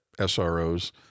SROs